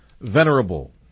venerable